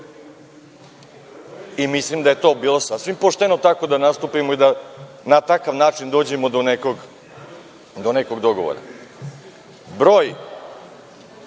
Mislim da je bilo sasvim pošteno tako da nastupimo i da na takav način dođemo do nekog dogovora. Broj